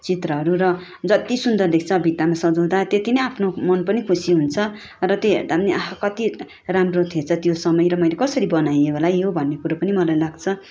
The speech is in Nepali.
चित्रहरू र जति सुन्दर देख्छ भित्तामा सजाउँदा त्यति नै आफ्नो मन पनि खुसी हुन्छ र त्यो हेर्दा पनि आहा कति राम्रो थिएछ त्यो समय र मैले कसरी बनाएँ होला है यो भन्ने कुरो मलाई पनि लाग्छ